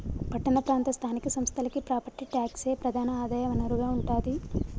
పట్టణ ప్రాంత స్థానిక సంస్థలకి ప్రాపర్టీ ట్యాక్సే ప్రధాన ఆదాయ వనరుగా ఉంటాది